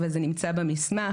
אבל זה נמצא במסמך.